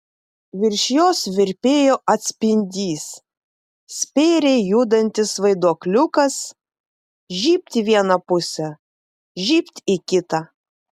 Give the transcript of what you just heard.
virš jos virpėjo atspindys spėriai judantis vaiduokliukas žybt į vieną pusę žybt į kitą